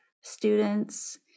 students